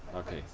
okay